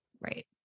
Right